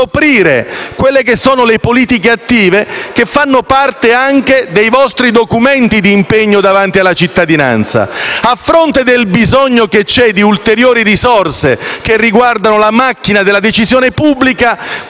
di coprire le politiche attive che fanno parte anche dei vostri documenti di impegno davanti alla cittadinanza. Ebbene, a fronte del bisogno che c'è di ulteriori risorse che riguardano la macchina della decisione pubblica,